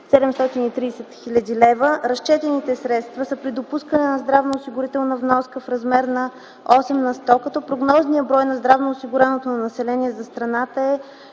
730 хил. лв. Разчетените средства са при допускане на здравноосигурителна вноска в размер на 8 на сто, като прогнозният брой на здравноосигуреното население за страната е